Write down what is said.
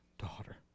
Daughter